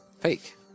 fake